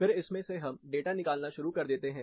फिर इसमें से हम डाटा निकालना शुरू कर देते हैं